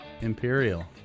Imperial